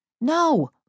No